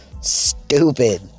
stupid